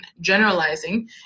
generalizing